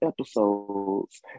episodes